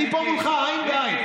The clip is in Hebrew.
אני פה מולך, עין בעין.